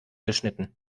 geschnitten